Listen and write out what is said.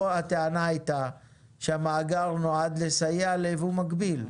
פה הטענה הייתה שהמאגר נועד לסייע לייבוא מקביל.